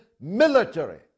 military